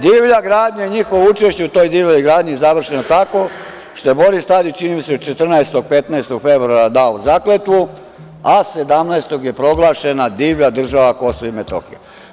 Divlja gradnja i njihovo učešće u toj divljoj gradnji je završeno tako što je Boris Tadić, čini mi se, 14, 15. februara dao zakletvu, a 17. je proglašena divlja država Kosovo i Metohija.